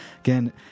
Again